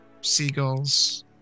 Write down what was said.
seagulls